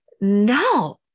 no